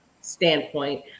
standpoint